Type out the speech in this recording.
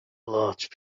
large